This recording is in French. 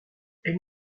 elle